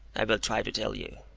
i will try to tell you.